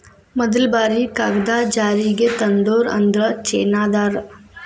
ಮದಲ ಬಾರಿ ಕಾಗದಾ ಜಾರಿಗೆ ತಂದೋರ ಅಂದ್ರ ಚೇನಾದಾರ